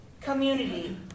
community